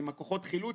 עם כוחות החילוץ,